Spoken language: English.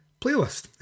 playlist